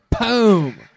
boom